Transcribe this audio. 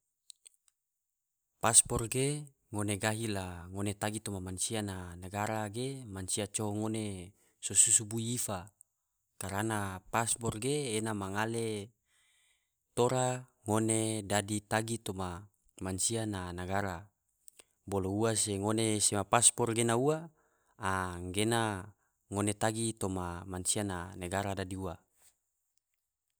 Paspor ge ngone gahi la ngone tagi toma mansia na negara ge mansia coho ngone so susu bui ifa, karana paspor ge ena mangale tora ngone dadi tagi toma manssia na nagara, bolo ua se ngone sema paspor ge ua anggena ngone tagi toma mansia na negara dadi ua.